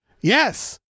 Yes